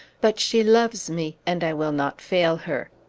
but she loves me, and i will not fail her.